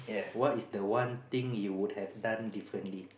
what is the one thing you would have done differently